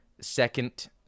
second